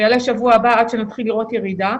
ויעלה שבוע הבא, עד שנתחיל לראות ירידה.